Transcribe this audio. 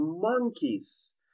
monkeys